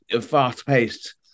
fast-paced